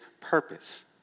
purpose